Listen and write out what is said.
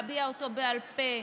להביע אותו בעל פה,